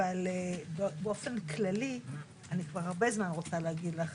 אבל באופן כללי אני כבר הרבה זמן רוצה להגיד לך,